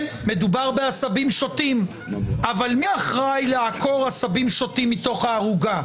מדובר בעשבים שוטים אבל מי אחראי לעקור עשבים שוטים מתוך הערוגה?